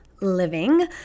living